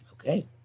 Okay